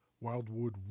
Wildwood